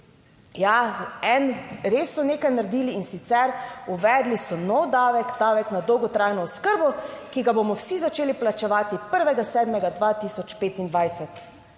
Ja, res so nekaj naredili, in sicer uvedli so nov davek, davek na dolgotrajno oskrbo, ki ga bomo vsi začeli plačevati 1. 7. 2025.